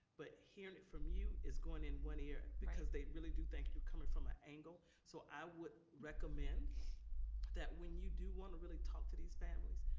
but hearing it from you is going in one ear because they really do think you're coming from an angle, so i would recommend that when you do wanna really talk to these families,